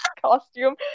costume